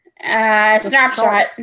Snapshot